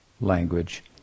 language